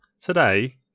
today